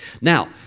Now